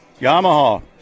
Yamaha